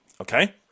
okay